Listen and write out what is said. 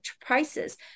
prices